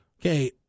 Okay